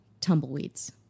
Tumbleweeds